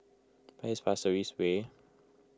where is Pasir Ris Way